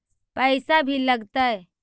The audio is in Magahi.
पैसा भी लगतय?